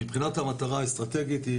מבחינת המטרה האסטרטגית,